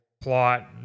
plot